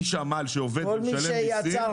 איש עמל שעובד ומשלם מיסים תורם